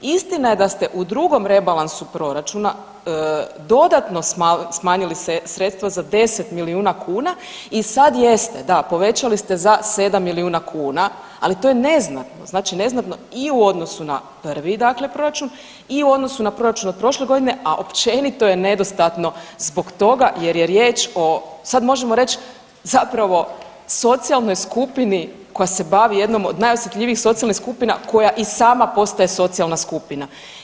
Istina je da ste u drugom Rebalansu proračuna dodatno smanjili sredstva za 10 milijuna kuna i sad jeste, da povećali ste za 7 milijuna kuna, ali to je neznatno, znači neznatno i u odnosu na prvi dakle proračun i u odnosu na proračun od prošle godine, a općenito je nedostatno zbog toga jer je riječ o sad možemo reć zapravo socijalnoj skupini koja se bavi jednom o najosjetljivijih socijalnih skupina koja i sama postaje socijalna skupina.